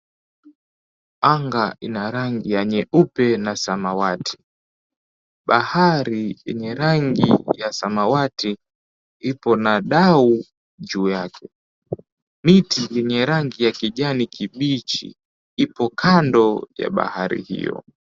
Anga ina rangi ya nyeupe na samawati, bahari yenye rangi ya samawati ipo na dau juu yake, miti yenye rangi ya kijani kibichi ipo kando ya bahari hiyo.